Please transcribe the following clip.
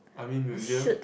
Army museum